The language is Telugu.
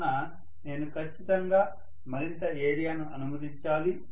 కావున నేను ఖచ్చితంగా మరింత ఏరియాను అనుమతించాలి